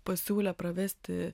pasiūlė pravesti